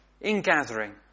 ingathering